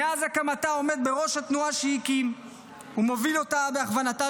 שמאז הקמתה עומד בראש התנועה שהקים ומוביל אותה בהכוונתה